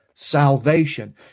Salvation